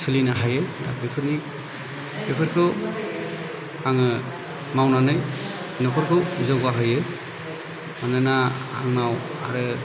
सोलिनो हायो दा बेफोरनि बेफोरखौ आङो मावनानै न'खरखौ जौगाहोयो मानोना आंनाव आरो